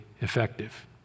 effective